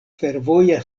fervoja